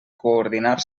coordinar